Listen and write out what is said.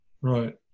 right